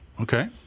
Okay